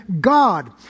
God